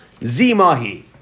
Zimahi